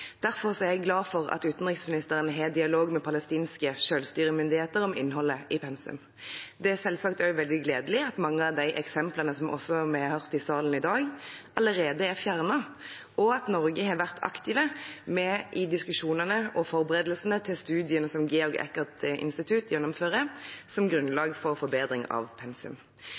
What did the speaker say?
er jeg glad for at utenriksministeren har en dialog med palestinske selvstyremyndigheter om innholdet i pensum. Det er selvsagt også veldig gledelig at mange av de eksemplene vi har hørt i salen i dag, allerede er fjernet, og at Norge har vært aktivt med i diskusjonene og forberedelsene til studiene som Georg-Eckert-Institut gjennomfører som grunnlag for forbedring av pensum.